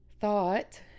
thought